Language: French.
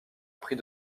pris